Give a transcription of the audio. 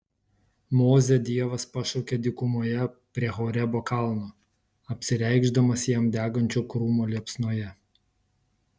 mozę dievas pašaukia dykumoje prie horebo kalno apsireikšdamas jam degančio krūmo liepsnoje